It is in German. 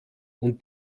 und